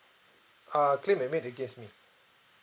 ah claim that made against me